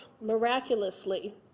miraculously